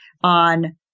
on